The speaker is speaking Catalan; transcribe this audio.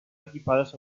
equipades